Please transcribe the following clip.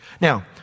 Now